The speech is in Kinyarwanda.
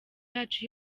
yacu